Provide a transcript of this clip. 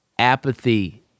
Apathy